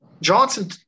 Johnson